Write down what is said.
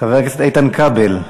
חבר הכנסת איתן כבל,